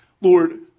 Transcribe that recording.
Lord